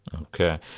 Okay